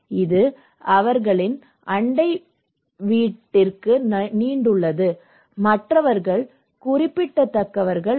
இது அவர்களின் அண்டை வீட்டிற்கு நீண்டுள்ளது மற்றவர்கள் குறிப்பிடத்தக்கவர்கள் அல்ல